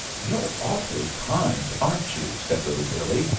you're awful kind, aren't you? said little billee,